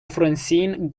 francine